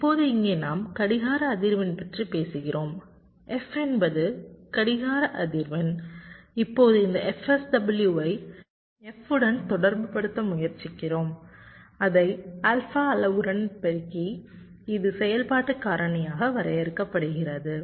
இப்போது இங்கே நாம் கடிகார அதிர்வெண் பற்றி பேசுகிறோம் f என்பது கடிகார அதிர்வெண் இப்போது இந்த fSW ஐ f உடன் தொடர்புபடுத்த முயற்சிக்கிறோம் அதை ஆல்பா அளவுருவுடன் பெருக்கி இது செயல்பாட்டு காரணியாக வரையறுக்கப்படுகிறது